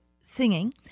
singing